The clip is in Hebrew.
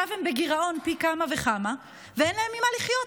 ועכשיו הם בגירעון פי כמה וכמה ואין להם ממה לחיות.